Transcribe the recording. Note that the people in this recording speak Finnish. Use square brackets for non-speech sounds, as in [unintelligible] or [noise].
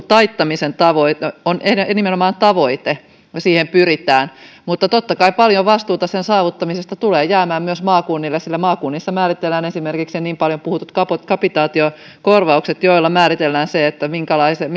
[unintelligible] taittamisen tavoite on nimenomaan tavoite ja siihen pyritään mutta totta kai paljon vastuuta sen saavuttamisesta tulee jäämään myös maakunnille sillä maakunnissa määritellään esimerkiksi ne niin paljon puhutut kapitaatiokorvaukset joilla määritellään se minkälaisen [unintelligible]